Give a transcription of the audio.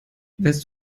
wärst